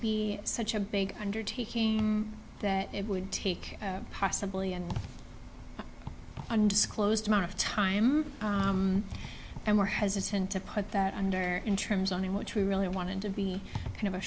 be such a big undertaking that it would take possibly an undisclosed amount of time and were hesitant to put that under in terms on which we really wanted to be kind of a